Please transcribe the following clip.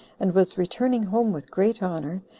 and was returning home with great honor,